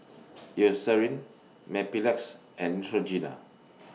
Eucerin Mepilex and Neutrogena